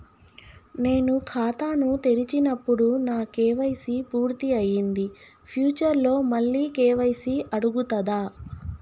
నేను ఖాతాను తెరిచినప్పుడు నా కే.వై.సీ పూర్తి అయ్యింది ఫ్యూచర్ లో మళ్ళీ కే.వై.సీ అడుగుతదా?